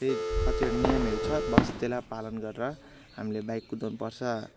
त्यही कतिवटा नियमहरू छ बस् त्यसलाई पालन गरेर हामीले बाइक कुदाउनु पर्छ